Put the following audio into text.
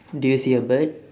do you see a bird